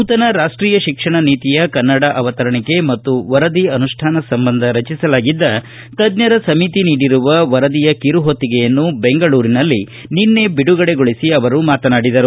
ನೂತನ ರಾಷ್ಟೀಯ ಶಿಕ್ಷಣ ನೀತಿಯ ಕನ್ನಡ ಅವತರಣಿಕೆ ಮತ್ತು ವರದಿ ಅನುಷ್ಠಾನ ಸಂಬಂಧ ರಚಿಸಲಾಗಿದ್ದ ತಜ್ಞರ ಸಮಿತಿ ನೀಡಿರುವ ಕಿರು ಹೊತ್ತಿಗೆಯನ್ನು ಬೆಂಗಳೂರಿನಲ್ಲಿ ನಿನ್ನೆ ಬಿಡುಗಡೆಗೊಳಿಸಿ ಅವರು ಮಾತನಾಡಿದರು